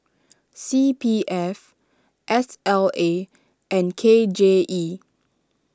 C P F S L A and K J E